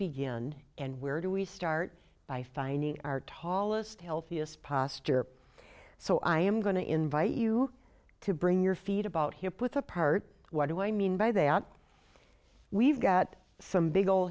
begin and where do we start by finding our tallest healthiest posture so i am going to invite you to bring your feet about hip with a part what do i mean by they are we've got some big ol